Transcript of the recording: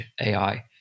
AI